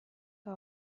eta